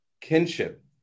Kinship